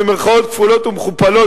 במירכאות כפולות ומכופלות,